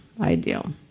ideal